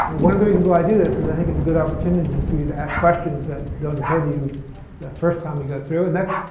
one of the reasons why i do this is i think it's a good opportunity for you to ask questions that don't occur to you the first time we go through. and that,